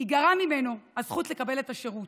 תיגרע ממנו הזכות לקבל את השירות?